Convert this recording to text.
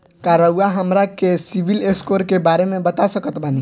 का रउआ हमरा के सिबिल स्कोर के बारे में बता सकत बानी?